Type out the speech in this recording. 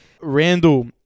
Randall